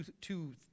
two